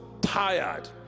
tired